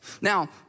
Now